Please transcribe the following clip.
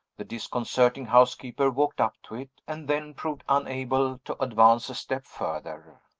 the disconcerting housekeeper walked up to it and then proved unable to advance a step further.